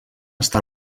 està